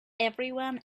everyone